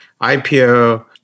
IPO